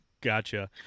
Gotcha